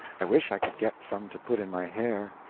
i wish i could get some to put in my hair.